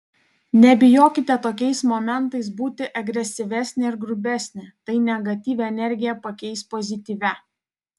nebijokite tokiais momentais būti agresyvesnė ir grubesnė tai negatyvią energiją pakeis pozityvia